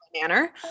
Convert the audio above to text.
manner